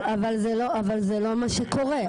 אבל זה לא מה שקורה.